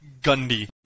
Gundy